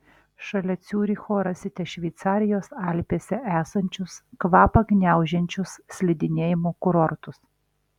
šalia ciuricho rasite šveicarijos alpėse esančius kvapą gniaužiančius slidinėjimo kurortus